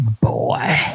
boy